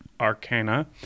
Arcana